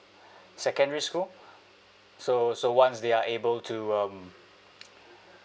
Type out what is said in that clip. secondary school so so once they are able to um